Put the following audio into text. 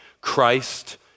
Christ